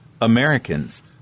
Americans